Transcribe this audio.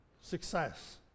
Success